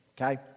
Okay